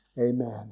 Amen